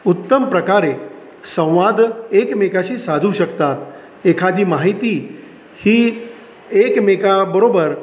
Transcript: उत्तम प्रकारे संवाद एकमेकाशी साधू शकतात एखादी माहिती ही एकमेकाबरोबर